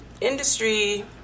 industry